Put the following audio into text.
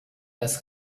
das